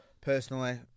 Personally